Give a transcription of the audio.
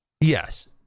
Yes